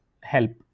help